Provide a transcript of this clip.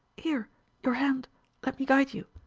here your hand let me guide you.